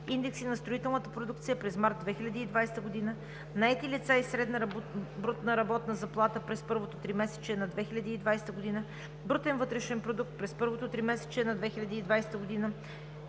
индекси на строителната продукция през март 2020 г.; наети лица и средна брутна работна заплата през първото тримесечие на 2020 г.; брутен вътрешен продукт през първото тримесечие на 2020 г.